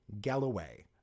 Galloway